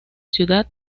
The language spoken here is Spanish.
ciudad